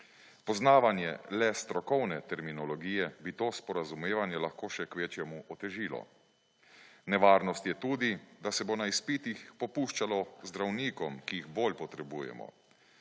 Poznavanje le strokovne terminologije bi to sporazumevanje lahko še k večjemu otežilo, nevarnost je tudi, da se bo na izpitih popuščalo zdravnikom, ki jih bolj potrebujemo.